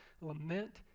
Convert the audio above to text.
lament